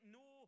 no